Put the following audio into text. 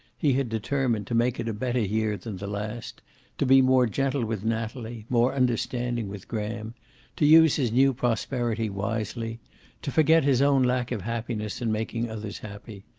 he had determined to make it a better year than the last to be more gentle with natalie, more understanding with graham to use his new prosperity wisely to forget his own lack of happiness in making others happy.